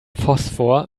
phosphor